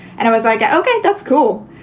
and i was like, ah okay, that's cool.